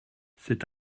c’est